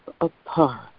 apart